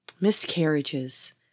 miscarriages